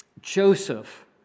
Joseph